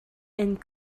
and